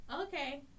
Okay